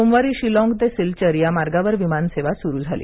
सोमवारी शिलॉग ते सिल्चर या मार्गावर विमान सेवा सुरू झाली